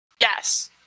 Yes